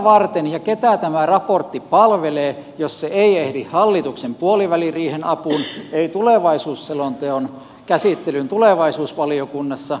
mitä ja ketä tämä raportti palvelee jos se ei ehdi hallituksen puoliväliriihen apuun ei tulevaisuusselonteon käsittelyyn tulevaisuusvaliokunnassa